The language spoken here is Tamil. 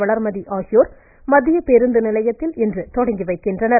வளர்மதி ஆகியோர் மத்திய பேருந்து நிலையத்தில் இன்று தொடங்கி வைக்கின்றனா்